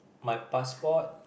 my passport